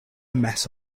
mess